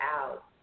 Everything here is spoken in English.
out